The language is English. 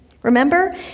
Remember